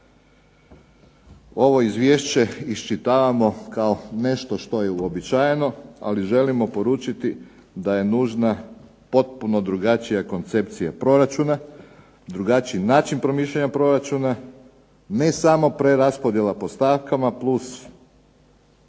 ovo izvješće iščitavamo kao nešto što je uobičajena, ali želimo poručiti da je nužna potpuno drugačija koncepcija proračuna, drugačiji način promišljanja proračuna, ne samo preraspodjela po stavkama plus porezno